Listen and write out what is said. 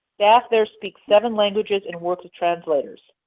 staff there speaks seven languages and works with translators.